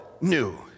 new